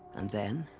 and then.